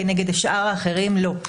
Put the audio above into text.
כנגד שני האחרים לא.